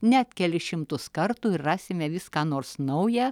net kelis šimtus kartų ir rasime vis ką nors naują